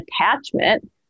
attachment